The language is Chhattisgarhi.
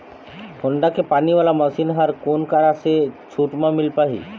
होण्डा के पानी वाला मशीन हर कोन करा से छूट म मिल पाही?